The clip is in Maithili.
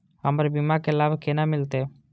हमर बीमा के लाभ केना मिलते?